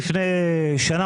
לפני שנה,